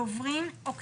דוברים או קטינים,